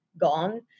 gone